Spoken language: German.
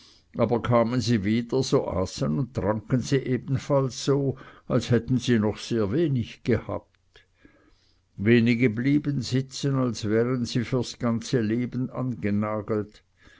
aber kamen sie wieder so aßen und tranken sie ebenfalls so als hätten sie noch sehr wenig gehabt wenige blieben sitzen als wären sie da fürs ganze leben angenagelt